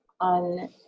on